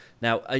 Now